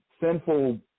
sinful